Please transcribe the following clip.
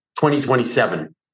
2027